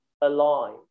align